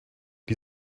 die